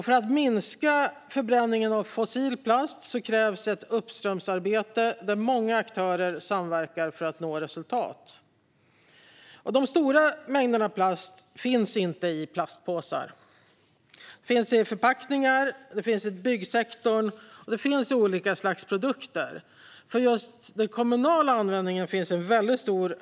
För att minska förbränningen av fossil plats krävs ett uppströmsarbete där många aktörer samverkar för att nå resultat. De stora mängderna plast finns inte i plastpåsar utan i förpackningar, inom byggsektorn och i olika slags produkter. En stor del av den kommunala plastanvändningen utgörs av plasthandskar.